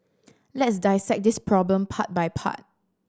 let's dissect this problem part by part